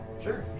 Sure